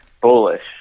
bullish